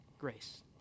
grace